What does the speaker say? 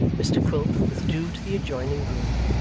mr quilp withdrew to the adjoining room,